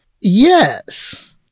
yes